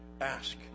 ask